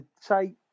say